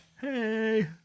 hey